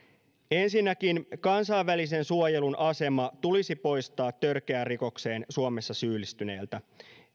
ensinnäkin kansainvälisen suojelun asema tulisi poistaa törkeään rikokseen suomessa syyllistyneeltä